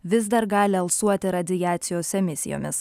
vis dar gali alsuoti radiacijos emisijomis